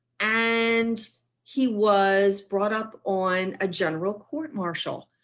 and he was brought up on a general court martial.